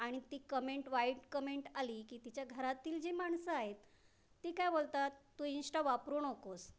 आणि ती कमेंट वाईट कमेंट आली की तिच्या घरातील जे माणसं आहेत ती काय बोलतात तू इंश्टा वापरू नकोस